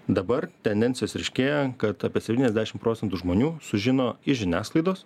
dabar tendencijos ryškėja kad apie septyniasdešim procentų žmonių sužino iš žiniasklaidos